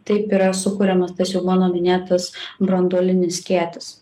taip yra sukuriamas tas jau mano minėtas branduolinis skėtis